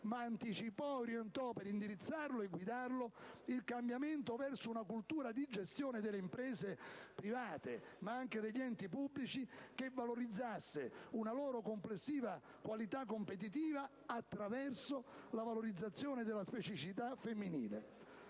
ma anticipò e orientò, per indirizzarlo e guidarlo, il cambiamento verso una cultura di gestione delle imprese private, ma anche degli enti pubblici, che valorizzasse una loro complessiva qualità competitiva attraverso la valorizzazione della specificità femminile.